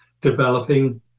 developing